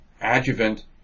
adjuvant